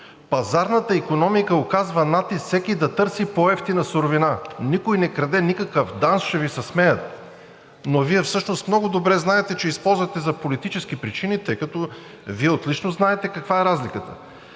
Пазарната икономика оказва натиск всеки да търси по-евтина суровина. Никой не краде никакъв... ДАНС ще Ви се смеят. Но Вие всъщност много добре знаете, че използвате за политически причини, тъй като Вие отлично знаете каква е разликата.